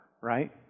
right